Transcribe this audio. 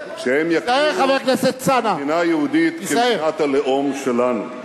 שהם יכירו במדינה היהודית כמדינת הלאום שלנו.